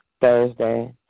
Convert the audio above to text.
Thursday